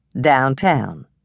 downtown